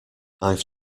i’ve